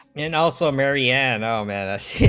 and also mary and um and